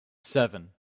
seven